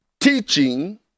teaching